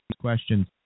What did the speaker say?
questions